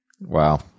Wow